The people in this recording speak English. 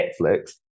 Netflix